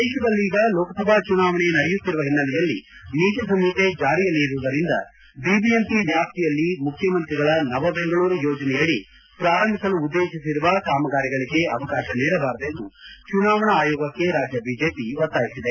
ದೇಶದಲ್ಲೀಗ ಲೋಕಸಭಾ ಚುನಾವಣೆ ನಡೆಯುತ್ತಿರುವ ಹಿನ್ನೆಲೆಯಲ್ಲಿ ನೀತಿ ಸಂಹಿತೆ ಜಾರಿಯಲ್ಲಿ ಇರುವುದರಿಂದ ಬಿಬಿಎಂಪಿ ವ್ಯಾಪ್ತಿಯಲ್ಲಿ ಮುಖ್ಜಮಂತ್ರಿಗಳ ನವಬೆಂಗಳೂರು ಯೋಜನೆಯಡಿ ಪ್ರಾರಂಭಿಸಲು ಉದ್ದೇಶಿಸಿರುವ ಕಾಮಗಾರಿಗಳಿಗೆ ಅವಕಾಶ ನೀಡಬಾರದೆಂದು ಚುನಾವಣಾ ಆಯೋಗಕ್ಕೆ ರಾಜ್ಯ ಬಿಜೆಪಿ ಒತ್ತಾಯಿಸಿದೆ